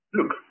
Look